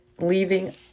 leaving